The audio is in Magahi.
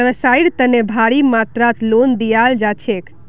व्यवसाइर तने भारी मात्रात लोन दियाल जा छेक